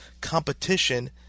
competition